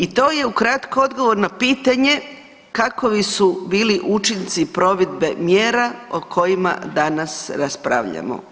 I to je ukratko odgovor na pitanje kakovi su bili učinci provedbe mjera o kojima danas raspravljamo.